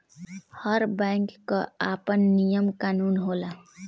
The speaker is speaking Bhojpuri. हर बैंक कअ आपन नियम कानून होला